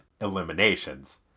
eliminations